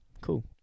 cool